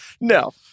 No